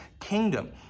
kingdom